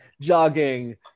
jogging